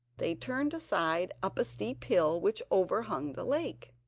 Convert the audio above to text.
they turned aside up a steep hill, which overhung the lake.